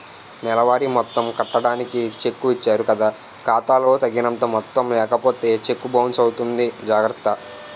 నెలవారీ మొత్తం కట్టడానికి చెక్కు ఇచ్చారు కదా ఖాతా లో తగినంత మొత్తం లేకపోతే చెక్కు బౌన్సు అవుతుంది జాగర్త